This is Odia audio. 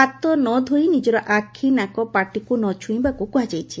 ହାତ ନ ଧୋଇ ନିକର ଆଖ୍ ନାକ ପାଟିକୁ ନ ଛୁଇଁବାକୁ କୁହାଯାଇଛି